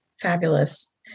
Fabulous